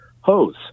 hose